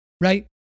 right